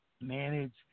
manage